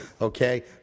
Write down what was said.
Okay